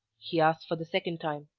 he asked for the second time.